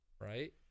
Right